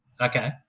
Okay